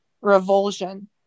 revulsion